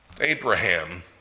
Abraham